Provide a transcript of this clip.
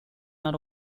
not